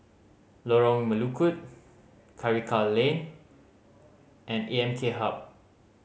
Lorong Melukut Karikal Lane and A M K Hub